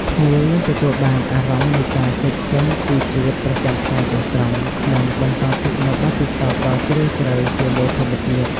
ភ្ញៀវនឹងទទួលបានអារម្មណ៍នៃការគេចចេញពីជីវិតប្រចាំថ្ងៃទាំងស្រុង និងបន្សល់ទុកនូវបទពិសោធន៍ដ៏ជ្រាលជ្រៅជាមួយធម្មជាតិ។